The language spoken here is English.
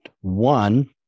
One